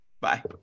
Bye